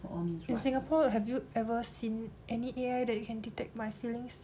in singapore have you ever seen any A_I that you can detect my feelings